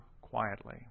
quietly